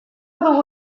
dugu